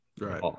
Right